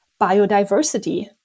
biodiversity